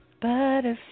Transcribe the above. Butterfly